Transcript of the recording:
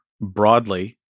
broadly